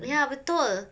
ya betul